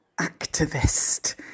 activist